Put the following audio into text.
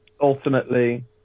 ultimately